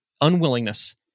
unwillingness